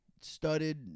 studded